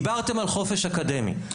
דיברתם על חופש אקדמי,